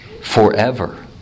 forever